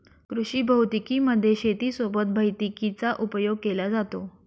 कृषी भौतिकी मध्ये शेती सोबत भैतिकीचा उपयोग केला जातो